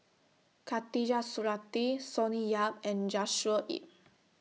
Khatijah Surattee Sonny Yap and Joshua Ip